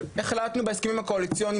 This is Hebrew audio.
החלטנו בהסכמים הקואליציוניים,